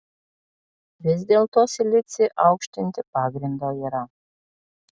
vis dėlto silicį aukštinti pagrindo yra